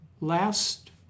last